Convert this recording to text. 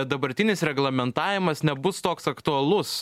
dabartinis reglamentavimas nebus toks aktualus